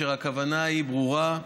והכוונה ברורה: